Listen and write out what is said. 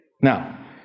Now